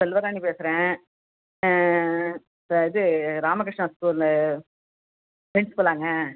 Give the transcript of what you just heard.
செல்வராணி பேசுகிறேன் ஆ ச இது ராமகிருஷ்ணா ஸ்கூலு ப்ரின்ஸ்பலாங்க